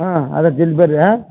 ಹಾಂ ಅದೇ ಜಲ್ದಿ ಬನ್ರಿ ಹಾಂ